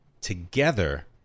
together